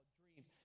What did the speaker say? dreams